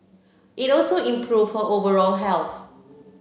it also improve her overall health